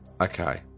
Okay